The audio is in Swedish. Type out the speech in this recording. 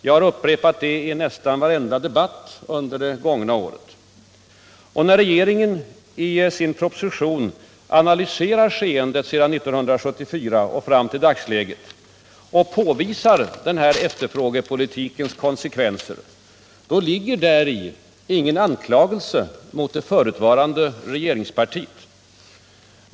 Jag har upprepat det i nästan varenda ekonomisk debatt under det gångna året. Och när regeringen i sin proposition analyserar skeendet sedan 1974 och fram till dagsläget och påvisar denna efterfrågepolitiks konsekvenser ligger däri inte någon anklagelse mot det förutvarande regeringspartiet.